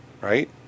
right